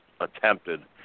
attempted